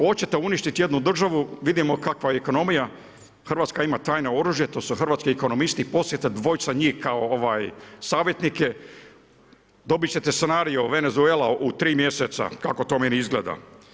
Ako hoćete uništiti jednu državu, vidimo kakva je ekonomija, Hrvatska ima tajno oružje, to su hrvatski ekonomisti, uposlite dvojicu njih kao savjetnike, dobit ćete scenarij Venezuela u 3 mjeseca kako to meni izgleda.